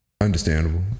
Understandable